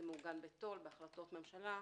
זה מעוגן בהחלטות ממשלה,